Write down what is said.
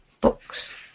books